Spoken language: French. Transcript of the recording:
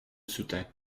soutint